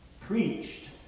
preached